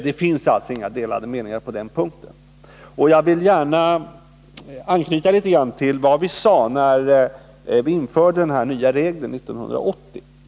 Det finns alltså inga delade meningar på den punkten. Jag vill gärna anknyta litet grand till vad vi sade när vi införde nya regler 1980.